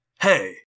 Hey